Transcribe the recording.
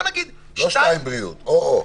לא שתיים בריאות, או-או.